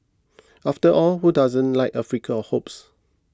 after all who doesn't like a flicker of hopes